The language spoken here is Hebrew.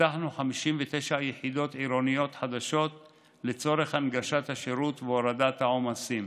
פתחנו 59 יחידות עירוניות חדשות לצורך הנגשת השירות והורדת העומסים.